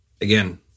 again